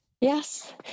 Yes